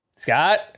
Scott